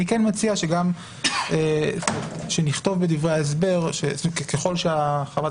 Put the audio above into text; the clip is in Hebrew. אני מציע שנכתוב בדברי ההסבר שככל שחברת